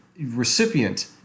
recipient